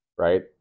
Right